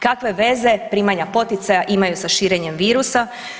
Kakve veze primanja poticaja imaju sa širenjem virusa?